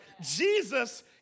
Jesus